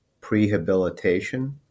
prehabilitation